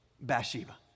Bathsheba